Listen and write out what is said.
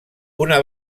una